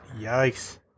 Yikes